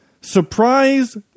surprise